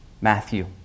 Matthew